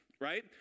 right